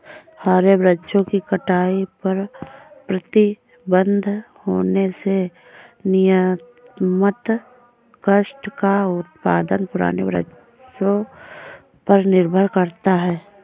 हरे वृक्षों की कटाई पर प्रतिबन्ध होने से नियमतः काष्ठ का उत्पादन पुराने वृक्षों पर निर्भर करता है